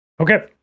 Okay